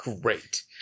great